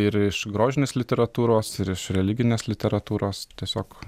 ir iš grožinės literatūros ir iš religinės literatūros tiesiog